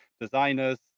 designers